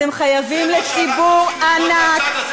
אתם חייבים לציבור ענק,